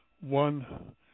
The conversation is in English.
One